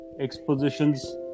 expositions